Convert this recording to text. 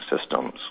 systems